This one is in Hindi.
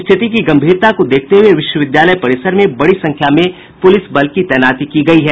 स्थिति की गंभीरता को देखते हुए विश्वविद्यालय परिसर में बड़ी संख्या में पुलिस बल की तैनाती की गई है